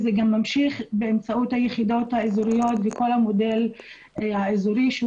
וזה גם ממשיך באמצעות היחידות האזוריות בכל המודל האזורי שהוא